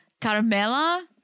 Carmela